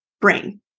brain